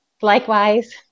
Likewise